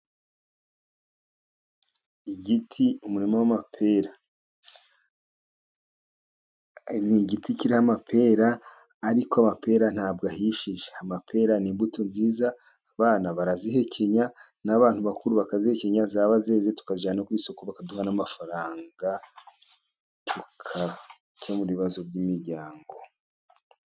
igiti, umurima w'amapera. Ni igiti kiriho amapera, ariko amapera nta bwo ahishije, amapera ni imbuto nziza, abana barazihekenya, n'abantu bakuru bakazihekenya, zaba zeze tukajyana ku isoko bakaduha n'amafaranga, tugakemura ibibazo by'imiryango.